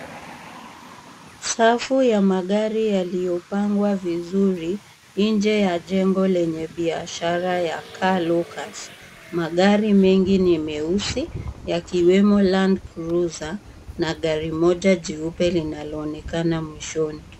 Safu ya magari yaliyopangwa vizuri nje ya jengo lenye biashara ya Car Locus. Magari mengi ni meusi, yakiwemo Land Cruizer na gari moja jeupe linaloonekana mwishoni.